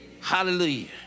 Hallelujah